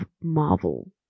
Marvel